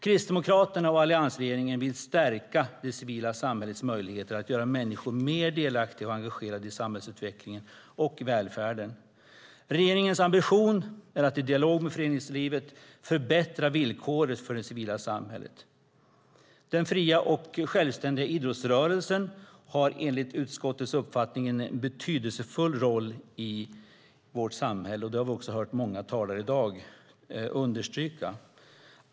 Kristdemokraterna och alliansregeringen vill stärka det civila samhällets möjligheter att göra människor mer delaktiga och engagerade i samhällsutvecklingen och välfärden. Regeringens ambition är att i dialog med föreningslivet förbättra villkoren för det civila samhället. Den fria och självständiga idrottsrörelsen har enligt utskottets uppfattning en betydelsefull roll i vårt samhälle. Det har vi också hört många talare i dag understryka.